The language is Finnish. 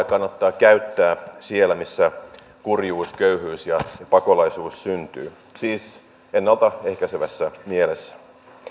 kannattaa käyttää siellä missä kurjuus köyhyys ja pakolaisuus syntyy siis ennalta ehkäisevässä mielessä